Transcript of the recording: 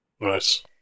Nice